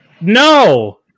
no